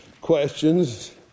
questions